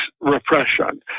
repression